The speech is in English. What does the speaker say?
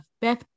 Beth